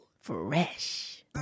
fresh